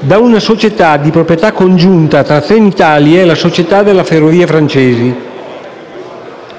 da una società di proprietà congiunta tra Trenitalia e la Società delle ferrovie francesi.